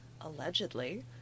allegedly